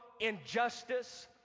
injustice